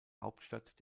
hauptstadt